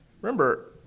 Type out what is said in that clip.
Remember